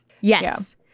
Yes